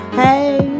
hey